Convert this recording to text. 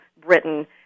Britain